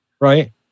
right